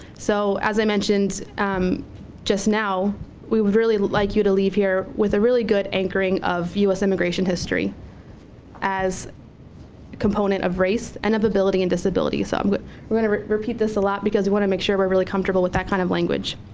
so as i mentioned just, now we would really like you to leave here with a really good anchoring of u s. immigration history as a component of race and of ability and disability. um so we're gonna repeat this a lot because we want to make sure we're really comfortable with that kind of language.